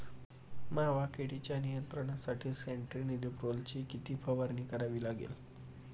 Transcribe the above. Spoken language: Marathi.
मावा किडीच्या नियंत्रणासाठी स्यान्ट्रेनिलीप्रोलची किती फवारणी करावी लागेल?